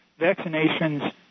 vaccinations